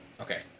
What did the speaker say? Okay